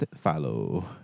follow